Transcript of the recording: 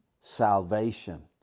salvation